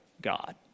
God